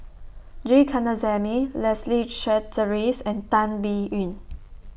G Kandasamy Leslie Charteris and Tan Biyun